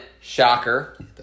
shocker